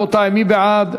רבותי, מי בעד?